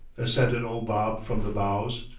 assented old bob from the bows.